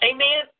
Amen